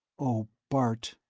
oh, bart!